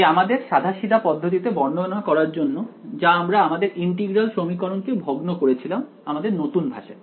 তাই আমাদের সাদাসিধা পদ্ধতিকে বর্ণনা করার জন্য যা আমরা আমাদের ইন্টিগ্রাল সমীকরণকে ভগ্ন করেছিলাম আমাদের নতুন ভাষায়